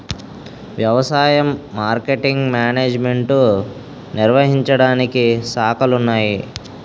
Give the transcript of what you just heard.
వ్యవసాయ marketing management నిర్వహించడానికి శాఖలున్నాయి